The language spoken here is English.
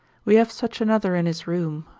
we have such another in his room,